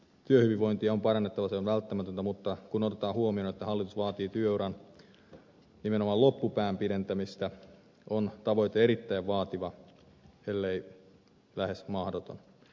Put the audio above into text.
työhyvinvointia on parannettava se on välttämätöntä mutta kun otetaan huomioon että hallitus vaatii työuraan nimenomaan loppupään pidentämistä on tavoite erittäin vaativa ellei lähes mahdoton